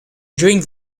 during